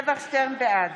בעד